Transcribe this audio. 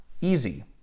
easy